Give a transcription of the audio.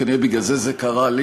כנראה בגלל זה זה קרה לי.